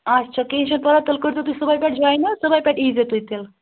اچھا کِہیٖنۍ چھُنہٕ پرَواے تیٚلہِ کٔڑۍ زیو تُہۍ صُبحٲے مےٚ جاین حظ صُبحٲے پٮ۪ٹھ ای زیو تُہۍ تیٚلہِ